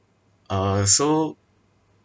uh so